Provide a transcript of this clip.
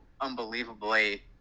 unbelievably